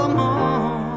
more